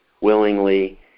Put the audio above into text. willingly